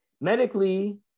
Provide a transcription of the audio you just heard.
Medically